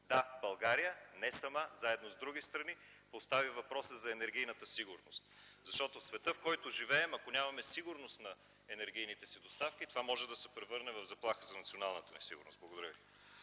да, България не сама, заедно с други страни постави въпроса за енергийната сигурност, защото в света, в който живеем, ако нямаме сигурност на енергийните си доставки, това може да се превърне в заплаха за националната ни сигурност. Благодаря ви.